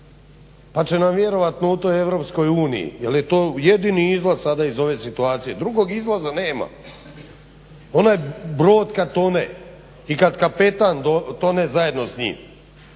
pa ćemo vjerojatno u toj EU jer je to jedini izlaz iz ove situacije. Drugog izlaza nema, onaj brod kad tone i kad kapetan tone zajedno s njim,